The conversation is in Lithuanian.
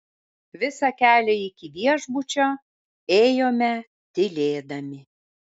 visą kelią iki viešbučio ėjome tylėdami